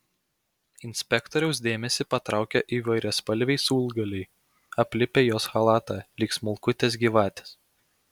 inspektoriaus dėmesį patraukia įvairiaspalviai siūlgaliai aplipę jos chalatą lyg smulkutės gyvatės